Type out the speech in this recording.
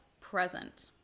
present